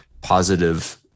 positive